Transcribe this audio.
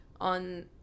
on